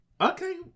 Okay